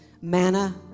Manna